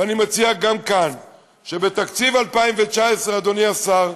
ואני מציע גם כאן שבתקציב 2019, אדוני השר,